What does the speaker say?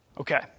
Okay